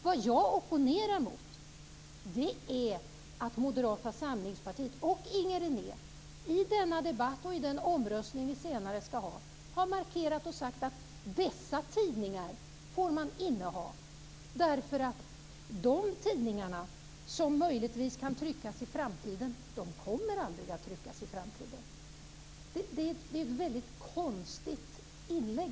Vad jag opponerar mig mot är att Moderata samlingspartiet och Inger René i denna debatt och i den omröstning som vi senare skall ha har markerat och sagt att man får inneha dessa tidningar därför att de tidningar som möjligen kan tryckas i framtiden kommer aldrig att tryckas i framtiden. Jag tycker att det är ett väldigt konstigt inlägg.